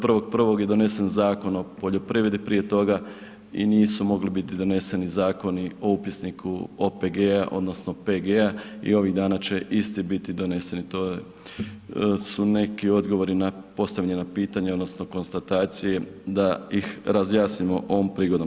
1.1. je donesen Zakon o poljoprivredi, prije toga i nisu mogli biti doneseni Zakoni o upisniku OPG-a odnosno PG-a i ovih dana će isti biti doneseni, to su neki odgovori na postavljena pitanja, odnosno konstatacije da ih razjasnimo ovog prigodom.